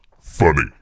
funny